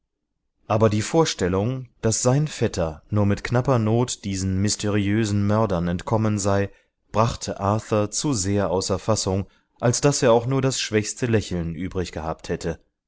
aber die vorstellung daß sein vetter nur mit knapper not diesen mysteriösen mördern entkommen sei brachte arthur zu sehr außer fassung als daß er auch nur das schwächste lächeln übrig gehabt hätte